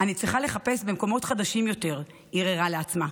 אני צריכה לחפש במקומות חדשים יותר, הרהרה לעצמה.